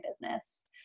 business